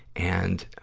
and,